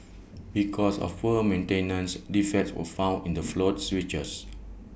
because of poor maintenance defects were found in the float switches